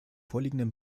vorliegenden